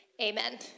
amen